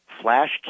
flash